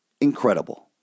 incredible